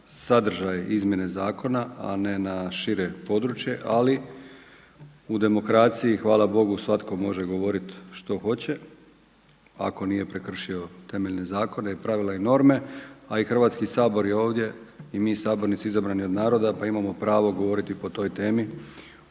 sadržaj izmjene zakona a ne na šire područje. Ali u demokraciji hvala Bogu, svatko može govoriti što hoće, ako nije prekršio temeljne zakona, pravila i norme. A i Hrvatski sabor je ovdje i mi sabornici izabrani od naroda pa imamo pravo govoriti o toj temi